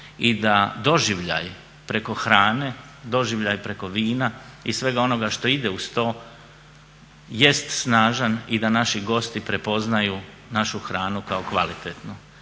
i da doživljaj preko hrane, doživljaj preko vina i svega onoga što ide uz to jest snažan i da naši gosti prepoznaju našu hranu kao kvalitetnu.